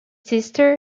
sister